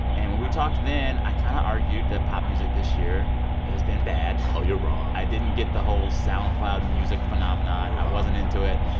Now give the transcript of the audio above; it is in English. and when we talked then, i kind of argued that pop music this year has been bad oh, you're wrong i didn't get the whole soundcloud music phenomenon. i wasn't into it.